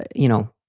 you know.